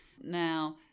Now